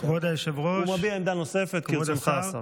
כבוד השר,